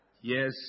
Yes